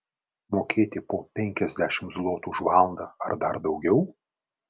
mokėti po penkiasdešimt zlotų už valandą ar dar daugiau